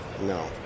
No